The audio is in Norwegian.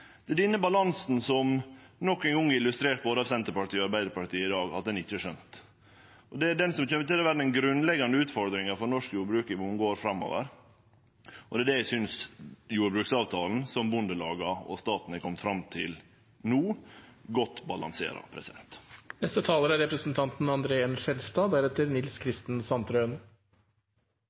Det er denne balansen som det nok ein gong er illustrert av både Senterpartiet og Arbeidarpartiet i dag at ein ikkje har skjønt. Det er det som kjem til å vere den grunnleggjande utfordringa for norsk jordbruk i mange år framover, og det er det eg synest jordbruksavtalen som bondelaga og staten har kome fram til no, godt balanserer. Jeg har stor respekt for de samme personene som representanten